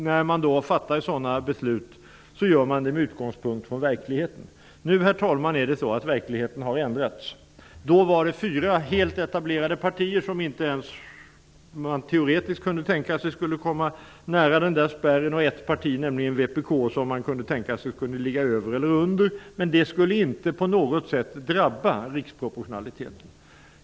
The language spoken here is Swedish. När man fattar sådana beslut, gör man det med utgångspunkt i verkligheten. Herr talman! Nu är det så, att verkligheten har ändrats. Då var det fråga om fyra etablerade partier som inte ens teoretiskt kunde tänkas komma i närheten av denna spärr och ett parti, vpk, som kunde tänkas ligga över eller under. Men detta skulle inte på något sätt drabba riksproportionaliteten.